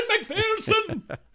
McPherson